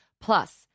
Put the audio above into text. Plus